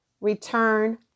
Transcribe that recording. return